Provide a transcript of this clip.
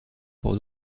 pour